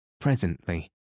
Presently